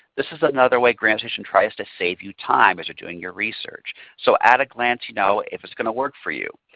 this is another way grantstation tries to save you time as you are doing your research. so at a glance you know if it's going to work for you.